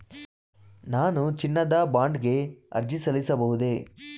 ನಾನು ಚಿನ್ನದ ಬಾಂಡ್ ಗೆ ಅರ್ಜಿ ಸಲ್ಲಿಸಬಹುದೇ?